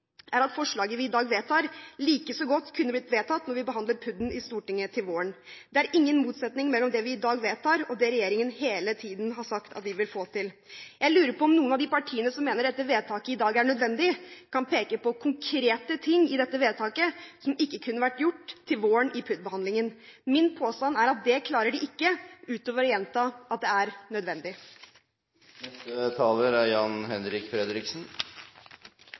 er at forslaget vi i dag vedtar, like godt kunne blitt vedtatt når vi behandler PUD-en i Stortinget til våren. Det er ingen motsetning mellom det vi i dag vedtar, og det regjeringen hele tiden har sagt at vi vil få til. Jeg lurer på om noen av de partiene som mener at dette vedtaket er nødvendig, kan peke på konkrete ting i dette vedtaket, som ikke kunne vært gjort til våren i PUD-behandlingen. Min påstand er at det klarer de ikke – utover å gjenta at det er nødvendig. Dette er